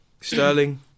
Sterling